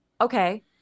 okay